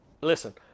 Listen